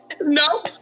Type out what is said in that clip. No